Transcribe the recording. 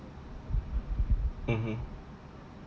mmhmm